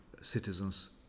citizens